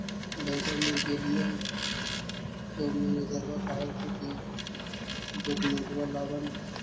बैंकवा मे गेलिओ तौ मैनेजरवा कहलको कि डोकमेनटवा लाव ने?